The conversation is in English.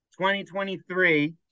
2023